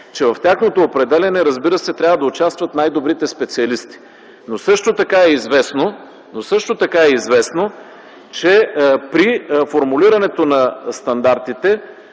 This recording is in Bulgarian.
че в тяхното определяне трябва да участват най-добрите специалисти. Също така е известно, че при формулирането на стандартите